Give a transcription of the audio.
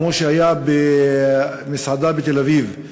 כמו שהיה במסעדה בתל-אביב,